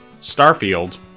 starfield